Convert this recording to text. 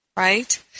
Right